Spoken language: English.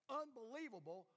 unbelievable